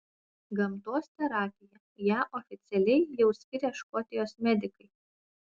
gamtos terapija ją oficialiai jau skiria škotijos medikai